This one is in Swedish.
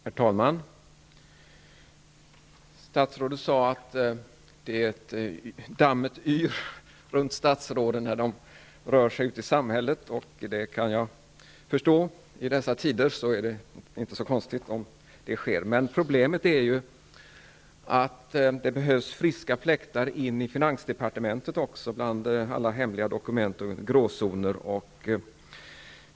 Herr talman! Statsrådet sade att dammet yr runt statsråden när de rör sig ute i samhället. Det kan jag förstå. I dessa tider är det inte så konstigt om det sker. Men problemet är att det behövs friska fläktar in i finansdepartementet också bland alla hemliga dokument och gråzoner.